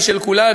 היא של כולנו,